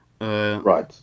Right